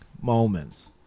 moments